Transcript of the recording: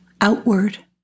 outward